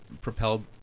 propelled